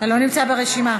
אתה לא נמצא ברשימה.